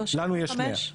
לנו יש 100,